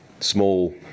small